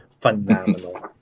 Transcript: phenomenal